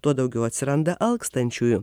tuo daugiau atsiranda alkstančiųjų